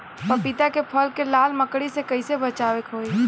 पपीता के फल के लाल मकड़ी से कइसे बचाव होखि?